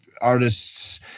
artists